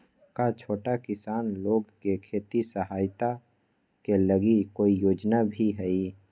का छोटा किसान लोग के खेती सहायता के लगी कोई योजना भी हई?